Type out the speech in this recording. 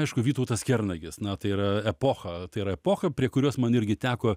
aišku vytautas kernagis na tai yra epocha tai yra epocha prie kurios man irgi teko